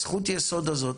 זכות הייסוד הזאת,